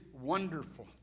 wonderful